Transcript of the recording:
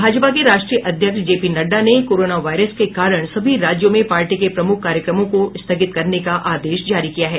भाजपा के राष्ट्रीय अध्यक्ष जेपीनड्डा ने कोरोना वायरस के कारण सभी राज्यों में पार्टी के प्रमुख कार्यक्रमों को स्थगित करने का आदेश जारी किया है